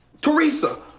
Teresa